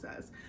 says